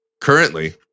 currently